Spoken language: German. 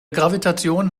gravitation